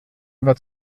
war